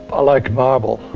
i like marble.